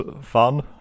fun